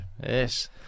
yes